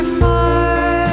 far